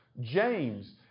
James